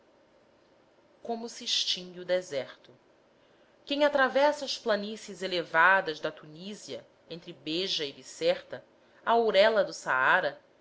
como se extingue o deserto quem atravessa as planícies elevadas da tunísia entre beja e bizerta à ourela do saara